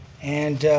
and